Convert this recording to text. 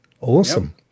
Awesome